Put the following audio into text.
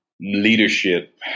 Leadership